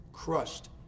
crushed